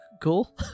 Cool